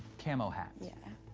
camo hat? yeah.